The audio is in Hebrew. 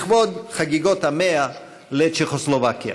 לכבוד חגיגות ה-100 לצ'כוסלובקיה.